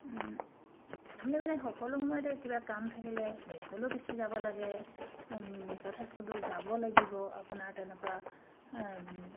আপুনি মানে সকলো সময়তে কিবা কাম থাকিলে বেংকলৈ গুচি যাব লাগে যথেষ্ট দূৰ যাব লাগিব আপোনাৰ তেনেকুৱা